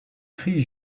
christ